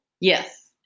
Yes